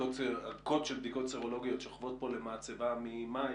ערכות של בדיקות סרולוגיות שוכבות פה למעצבה ממאי,